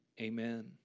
Amen